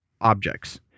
objects